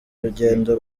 urugendo